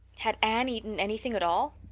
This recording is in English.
had anne eaten anything at all?